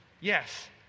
Yes